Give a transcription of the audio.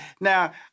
Now